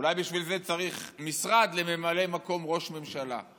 אולי בשביל זה צריך משרד לממלא מקום ראש ממשלה.